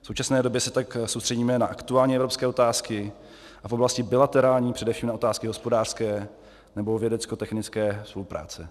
V současné době se tak soustředíme na aktuální evropské otázky a v oblasti bilaterální především na otázky hospodářské nebo vědeckotechnické spolupráce.